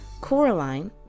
Coraline